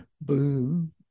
Boom